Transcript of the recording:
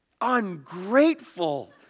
ungrateful